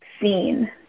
seen